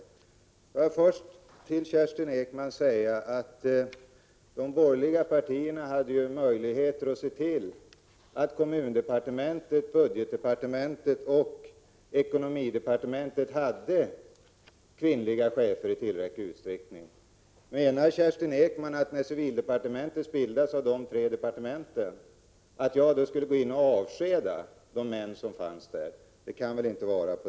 Får jag allra först till Kerstin Ekman säga att de borgerliga partierna hade ju möjlighet att se till att kommundepartementet, budgetdepartementet och ekonomidepartementet hade kvinnliga chefer i tillräcklig utsträckning. Menar Kerstin Ekman att jag, då civildepartementet 1982 bildades av dessa tre departement, skulle ha avskedat de män som fanns där? Så kan det inte vara.